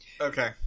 okay